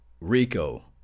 Rico